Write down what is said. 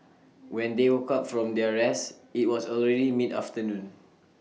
when they woke up from their rest IT was already mid afternoon